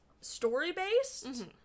story-based